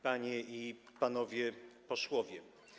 Panie i Panowie Posłowie!